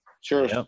Sure